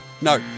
No